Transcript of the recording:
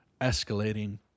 escalating